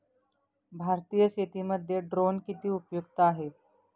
भारतीय शेतीमध्ये ड्रोन किती उपयुक्त आहेत?